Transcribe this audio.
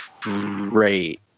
great